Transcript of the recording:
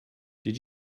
did